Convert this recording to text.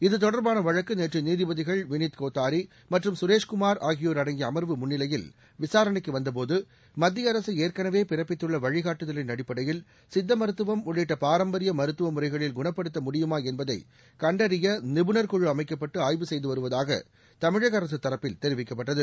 இது தொடர்பான வழக்கு நேற்று நீதிபதிகள் வினித் கோத்தாரி மற்றும் சுரேஷ் குமார் ஆகியோர் அடங்கிய அமர்வு முன்னிலையில் விசாரணைக்கு வந்த போது மத்திய அரசு ஏற்கனவே பிறப்பித்துள்ள வழிகாட்டுதலின் அடிப்படையில் சித்த மருத்துவம் உள்ளிட்ட பாரம்பரிய மருத்துவ முறைகளில் குணப்படுத்த முடியுமா என்பதை கண்டறிய நிபுணர் குழு அமைக்கப்பட்டு ஆய்வு செய்து வருவதாக தமிழக அரசு தரப்பில் தெரிவிக்கப்பட்டது